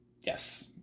Yes